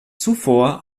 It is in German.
zuvor